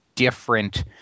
different